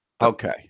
Okay